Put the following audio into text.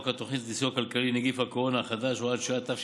התוכנית לסיוע כלכלי (נגיף הקורונה חדש) (הוראת שעה),